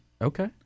okay